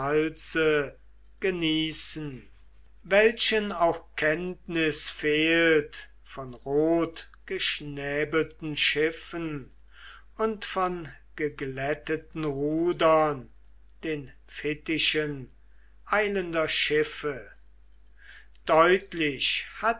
genießen welchen auch kenntnis fehlt von rotgeschnäbelten schiffen und von geglätteten rudern den fittichen eilender schiffe deutlich hat